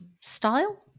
Style